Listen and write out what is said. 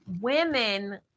women